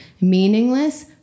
Meaningless